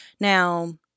Now